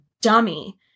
dummy